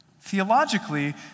theologically